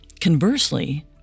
Conversely